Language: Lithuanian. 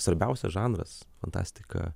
svarbiausias žanras fantastika